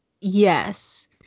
yes